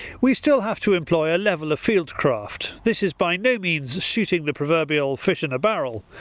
we still have to employ a level of fieldcraft this is by no means shooting the proverbial fish in a barrel.